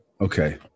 okay